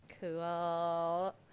cool